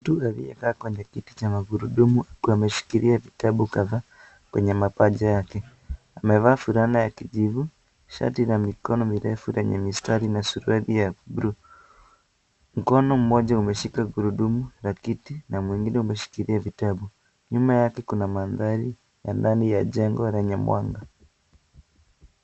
Mtu aliye kaa kwenye kiti cha magurudumu, ameshikilia vitabu kadhaa, kwenye mapaja yake, amevaa fulana la kijivu, shati la mikono mirefu lenye mistari na suruari ya (cs)blue(cs), mkono mmoja umeshika gurudumu, la kiti, na mwingine umeshikilia vitabu, nyuma yake kuna manthari, ya ndani ya jengo lenye mwanga.